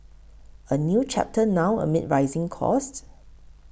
a new chapter now amid rising costs